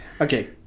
okay